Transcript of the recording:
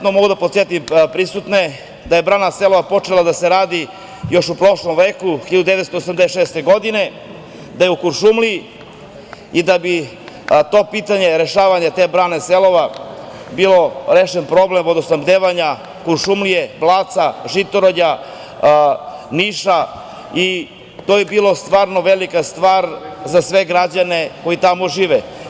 Mogu da podsetim prisutne da je brana „Selova“ počela da se radi još u prošlom veku, 1986. godine, da je u Kuršumliji i da bi to pitanje, rešavanje te brane „Selova“ bilo rešen problem vodosnabdevanja Kuršumlije, Blaca, Žitorađa, Niša i to bi bilo stvarno velika stvar za sve građane koji tamo žive.